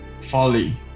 folly